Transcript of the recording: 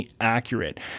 Accurate